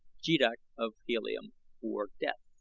jeddak of helium or death.